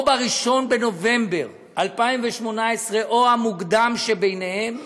או ב-1 בנובמבר 2018, או המוקדם שביניהם,